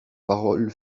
paroles